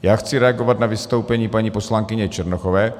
Já chci reagovat na vystoupení paní poslankyně Černochové.